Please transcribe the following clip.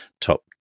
top